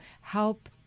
help